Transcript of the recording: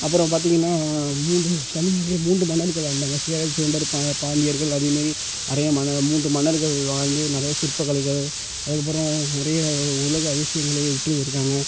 அப்புறம் பார்த்திங்கன்னா மூன்று தமிழ்நாட்டுலையே மூன்று மன்னர்கள் ஆண்டாங்க சேரர் சோழடர் பா பாண்டியர்கள் அதேமாரி நிறைய மன்ன மூன்று மன்னர்கள் வாழ்ந்து நிறைய சிற்பக்கலைகள் அதுக்கப்புறம் நிறைய உலக அதிசயங்களை விட்டு போயிருக்காங்க